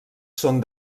són